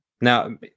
Now